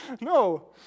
No